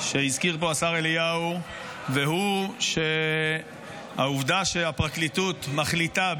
שהזכיר פה השר אליהו והוא העובדה שהפרקליטות מחליטה,